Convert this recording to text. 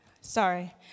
Sorry